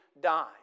die